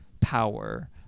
power